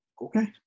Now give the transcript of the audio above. okay